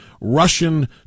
Russian